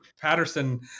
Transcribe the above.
Patterson